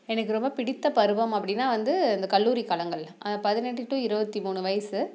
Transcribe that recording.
எனக்கு ரொம்ப பிடித்த பருவம் அப்படின்னா வந்து இந்த கல்லூரி காலங்கள் பதினெட்டு டூ இருபத்தி மூணு வயது